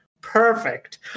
perfect